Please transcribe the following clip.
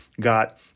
got